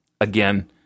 again